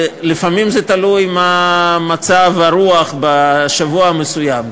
לפעמים זה תלוי מה מצב הרוח בשבוע מסוים.